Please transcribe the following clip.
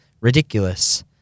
Ridiculous